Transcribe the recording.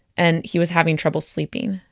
and he was having trouble sleeping,